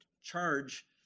charge